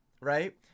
right